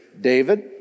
David